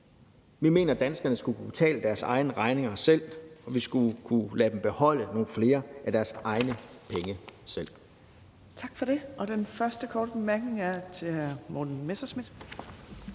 Vi mener, at danskerne skulle kunne betale deres egne regninger selv, og at vi skulle lade dem beholde nogle flere af deres egne penge. Kl.